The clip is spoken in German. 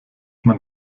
man